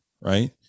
Right